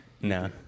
No